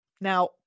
Now